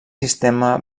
sistema